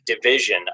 division